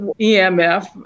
EMF